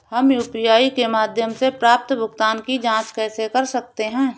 हम यू.पी.आई के माध्यम से प्राप्त भुगतान की जॉंच कैसे कर सकते हैं?